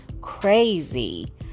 crazy